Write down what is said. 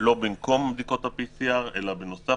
לא במקום בדיקות ה-PCR אלא בנוסף.